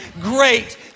great